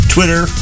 Twitter